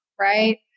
right